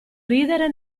ridere